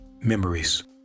Memories